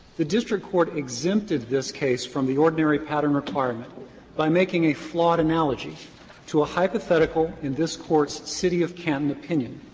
the district court exempted this case from the ordinary pattern requirement by making a flawed analogy to a hypothetical in this court's city of canton opinion.